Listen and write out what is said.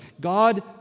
God